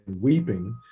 weeping